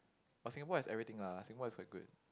but Singapore has everything lah Singapore is very good